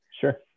Sure